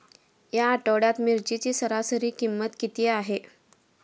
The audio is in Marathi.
या आठवड्यात मिरचीची सरासरी किंमत किती आहे?